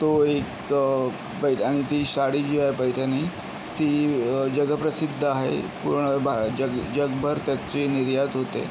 तो एक पैट आणि ती साडी जी आहे पैठणी ती जगप्रसिद्ध आहे पूर्ण भा जग जगभर त्याची निर्यात होते